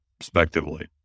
respectively